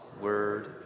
word